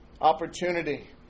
opportunity